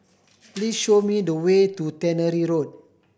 please show me the way to Tannery Road